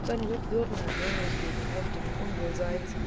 seine hochwürden hat nämlich wegen heftigen unwohlseins